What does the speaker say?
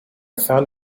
found